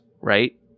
right